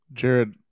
Jared